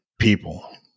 people